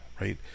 right